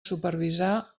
supervisar